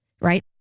right